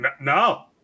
No